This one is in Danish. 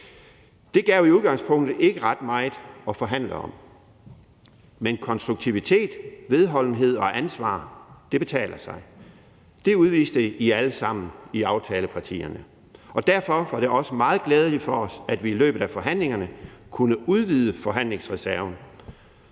Det gav i udgangspunktet ikke ret meget at forhandle om, men konstruktivitet, vedholdenhed og ansvar betaler sig. Det udviste I alle sammen i aftalepartierne, og derfor var det også meget glædeligt, at vi i løbet af forhandlingerne kunne udvide forhandlingsreserven,